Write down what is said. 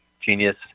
genius